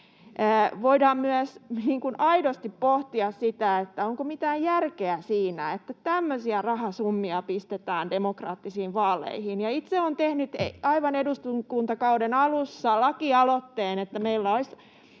Voidaan myös aidosti pohtia sitä, onko mitään järkeä siinä, että tämmöisiä rahasummia pistetään demokraattisiin vaaleihin. Itse olen tehnyt aivan eduskuntakauden alussa lakialoitteen,